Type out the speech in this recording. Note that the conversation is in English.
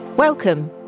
Welcome